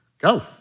go